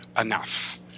enough